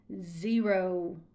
zero